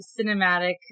cinematic